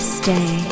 stay